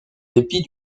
dépit